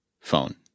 phone